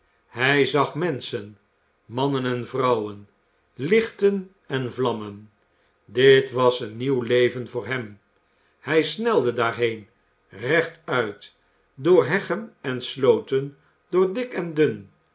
hij zag menschen mannen en vrouwen lichten en vlammen dit was een nieuw leven voor hem hij snelde daarheen rechtuit door heggen en slooten door dik en dun